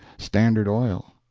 standard oil,